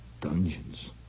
Dungeons